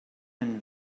been